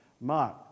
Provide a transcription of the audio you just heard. Mark